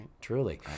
Truly